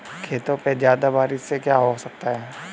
खेतों पे ज्यादा बारिश से क्या हो सकता है?